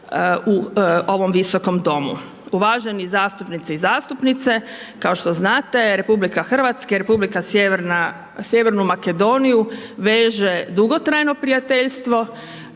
Uvaženi zastupnici i zastupnice kao što znate RH i Republika sjevernu Makedoniju veže dugotrajno prijateljstvo,